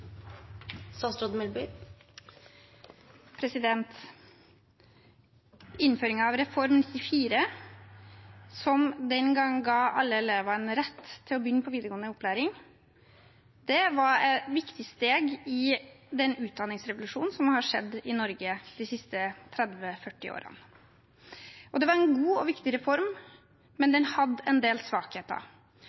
av Reform 94, som den gang ga alle elevene rett til å begynne på videregående opplæring, var et viktig steg i den utdanningsrevolusjonen som har skjedd i Norge de siste 30–40 årene. Det var en god og viktig reform, men den hadde en del svakheter.